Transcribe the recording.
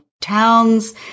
towns